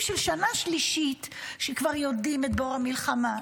של שנה שלישית כשכבר יודעים את בור המלחמה,